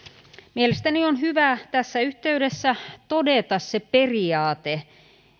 mielestäni on hyvä tässä yhteydessä todeta se periaate